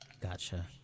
Gotcha